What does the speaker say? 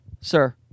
sir